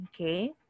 Okay